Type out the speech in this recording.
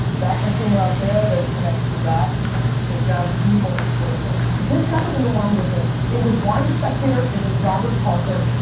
that consumer out there that's connected to that is now the most important person. this happened in the wine business. it was wine spectator, it was robert parker,